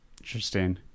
Interesting